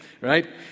right